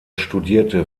studierte